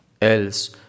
else